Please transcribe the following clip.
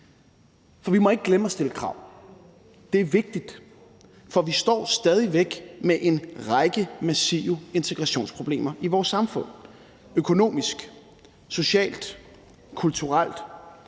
For vi må ikke glemme at stille krav. Det er vigtigt, for vi står stadig væk med en række massive integrationsproblemer i vores samfund, økonomisk, socialt og kulturelt,